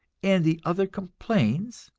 and the other complains,